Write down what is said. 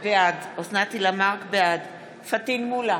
בעד פטין מולא,